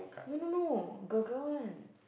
no no no girl girl one